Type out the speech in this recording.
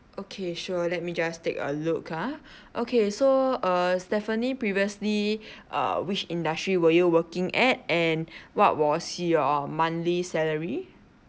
okay sure let me just take a look ah okay so uh Stephanie previously uh which industry were you working at and what was your monthly salary